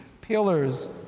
pillars